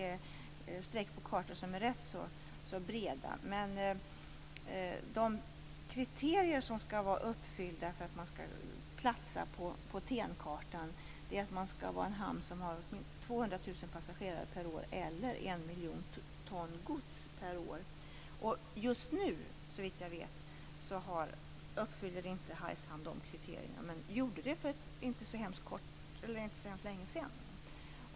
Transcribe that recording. Det är ganska breda streck på kartorna. De kriterier som skall vara uppfyllda för att man skall platsa på TEN-kartan är att det skall vara en hamn som har 200 000 passagerare per år eller en miljon ton gods per år. Såvitt jag vet uppfyller Hargshamn inte de kriterierna just nu, men gjorde det för inte så länge sedan.